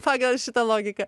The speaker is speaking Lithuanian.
pagal šitą logiką